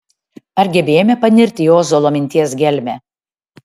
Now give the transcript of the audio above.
ar gebėjome panirti į ozolo minties gelmę